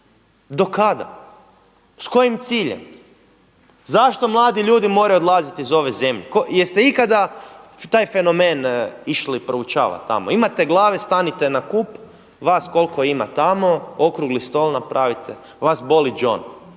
Do kada? S kojim ciljem? Zašto mladi ljudi moraju odlaziti iz ove zemlje? Jeste ikada taj fenomen išli proučavati tamo. Imate glave, stanite na kup, vas koliko ima tamo, okrugli stol napravite. Vas boli đon.